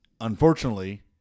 unfortunately